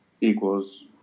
equals